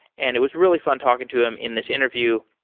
and it was really fun talking to him in this interview.